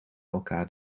elkaar